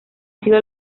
sido